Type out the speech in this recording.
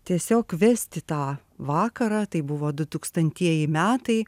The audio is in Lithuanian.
tiesiog vesti tą vakarą tai buvo dutūkstantieji metai